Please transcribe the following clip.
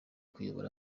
kuyobora